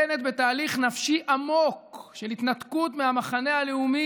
בנט בתהליך נפשי עמוק של התנתקות מהמחנה הלאומי,